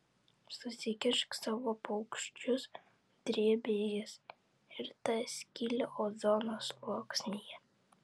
susikišk savo paukščius drėbė jis ir tą skylę ozono sluoksnyje